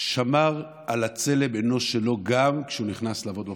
שמר על צלם האנוש שלו גם כשהוא נכנס לעבוד בפרקליטות.